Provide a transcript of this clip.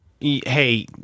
hey